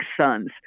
sons